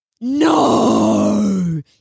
No